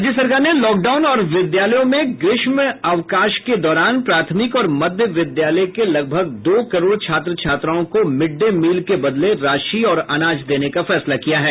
राज्य सरकार ने लॉकडाउन और विद्यालयों में ग्रीष्म अवकाश के दौरान प्राथमिक और मध्य विद्यालय के लगभग दो करोड छात्र छात्राओं को मिड डे मील के बदले राशि और अनाज देने का फैसला किया है